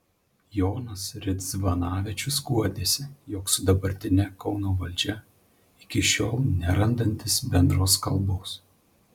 jonas ridzvanavičius guodėsi jog su dabartine kauno valdžia iki šiol nerandantis bendros kalbos